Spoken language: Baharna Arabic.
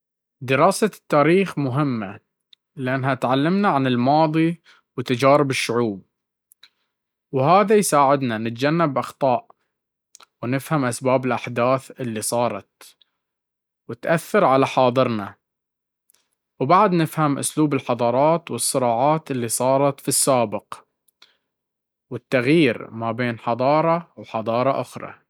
دراسة التاريخ مهمة لأنها تعلمنا عن الماضي وتجارب الشعوب، وهذا يساعدنا نتجنب أخطاء ونفهم أسباب الأحداث اللي صارت وتأثر على حاضرنا, وبعد نفهم أسلوب الحضارات والصراعات اللي صارت في السابق, والتغير ما بين حضارة وحضارة أخرى.